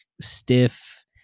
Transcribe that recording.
stiff